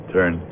Turn